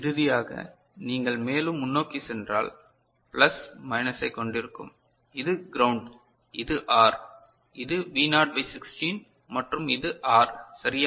இறுதியாக நீங்கள் மேலும் முன்னோக்கி சென்றால் பிளஸ் மைனஸைக் கொண்டிருக்கும் இது கிரவுண்ட் இது ஆர் இது வி நாட் பை 16 மற்றும் இது ஆர் சரியா